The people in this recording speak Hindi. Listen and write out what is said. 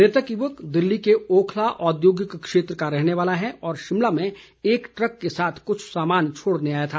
मृतक युवक दिल्ली के ओखला औद्योगिक क्षेत्र का रहने वाला है और शिमला में एक ट्रक के साथ कुछ सामान छोड़ने आया था